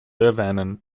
erwähnen